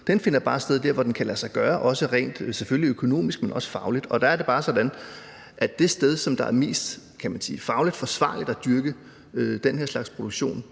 Den finder bare sted, hvor den kan lade sig gøre, selvfølgelig økonomisk, men også fagligt. Og der er det bare sådan, at det sted, hvor man kan sige, at det er mest fagligt forsvarligt at dyrke den her slags produktion,